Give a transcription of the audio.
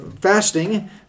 fasting